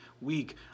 week